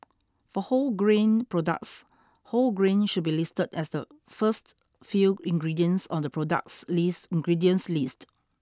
for wholegrain products whole grain should be listed as the first few ingredients on the product's list ingredients list